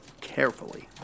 carefully